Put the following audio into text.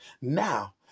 Now